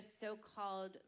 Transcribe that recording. so-called